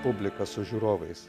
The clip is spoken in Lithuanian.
publika su žiūrovais